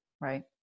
Right